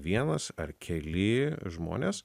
vienas ar keli žmonės